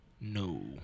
No